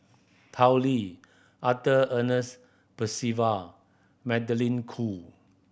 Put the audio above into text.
Tao Li Arthur Ernest Percival Magdalene Khoo